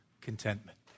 contentment